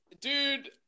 dude